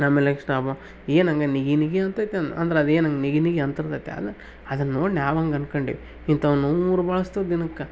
ಆಮೇಲೆ ನೆಕ್ಸ್ಟ್ ಆ ಬ ಏನು ಹಂಗ ನಿಗಿ ನಿಗಿ ಅಂತೈತೇನು ಅಂದ್ರೆ ಅದೇನು ಹಂಗ್ ನಿಗಿ ನಿಗಿ ಅಂತಿರ್ತದೆ ಅಲ್ಲ ಅದನ್ನು ನೋಡಿ ನಾವು ಹಂಗ್ ಅನ್ಕೊಂಡೀವಿ ಇಂಥವ್ ನೂರು ಬಳಸ್ತೇವ್ ದಿನಕ್ಕೆ